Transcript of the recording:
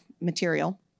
material